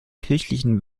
kirchlichen